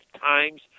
times